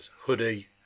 hoodie